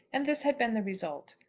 and this had been the result.